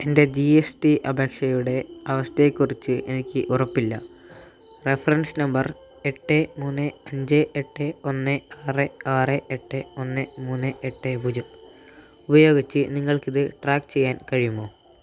എൻ്റെ G S T അപേക്ഷയുടെ അവസ്ഥയെക്കുറിച്ച് എനിക്ക് ഉറപ്പില്ല റഫറൻസ് നമ്പർ എട്ട് മൂന്ന് അഞ്ച് എട്ട് ഒന്ന് ആറ് ആറ് എട്ട് ഒന്ന് മൂന്ന് എട്ട് പൂജ്യം ഉപയോഗിച്ച് നിങ്ങൾക്കിത് ട്രാക്ക് ചെയ്യാൻ കഴിയുമോ